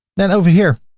then over here,